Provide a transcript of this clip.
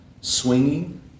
swinging